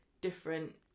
different